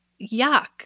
yuck